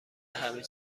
همه